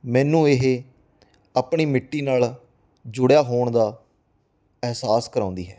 ਮੈਨੂੰ ਇਹ ਆਪਣੀ ਮਿੱਟੀ ਨਾਲ ਜੁੜਿਆ ਹੋਣ ਦਾ ਅਹਿਸਾਸ ਕਰਵਾਉਂਦੀ ਹੈ